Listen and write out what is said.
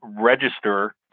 register